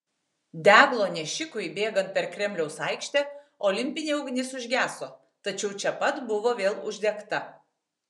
deglo nešikui bėgant per kremliaus aikštę olimpinė ugnis užgeso tačiau čia pat buvo vėl uždegta